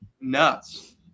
Nuts